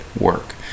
work